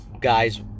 guys